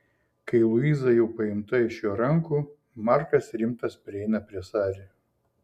kai luiza jau paimta iš jo rankų markas rimtas prieina prie sari